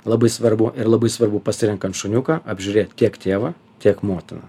labai svarbu ir labai svarbu pasirenkant šuniuką apžiūrėt tiek tėvą tiek motiną